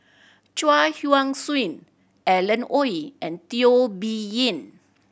Chuang Hui Tsuan Alan Oei and Teo Bee Yen